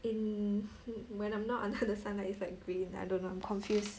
in when I'm not under the sun light it's like green I don't know I'm confused